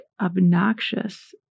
obnoxious